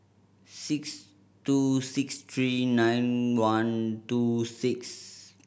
six two six three nine one two six